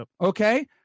Okay